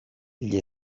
gli